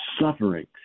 suffering